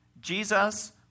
Jesus